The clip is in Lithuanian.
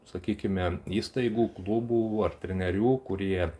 sakykime įstaigų klubų ar trenerių kurie